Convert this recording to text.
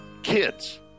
kids